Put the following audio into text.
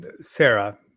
Sarah